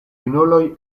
junuloj